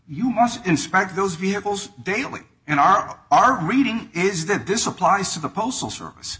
you must inspect those vehicles daily in our our reading is that this applies to the postal service